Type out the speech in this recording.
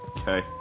okay